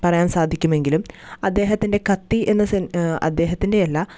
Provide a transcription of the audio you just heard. പറയാൻ സാധിക്കുമെങ്കിലും അദ്ദേഹത്തിൻ്റെ കത്തി എന്ന സിന്മ അദ്ദേഹത്തിൻ്റെയല്ല